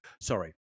Sorry